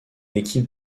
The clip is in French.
équipe